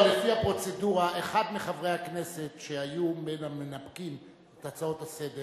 אבל לפי הפרוצדורה אחד מחברי הכנסת שהיו בין המנפקים את הצעות החוק